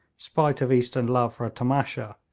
spite of eastern love for a tamasha,